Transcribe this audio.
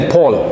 Paul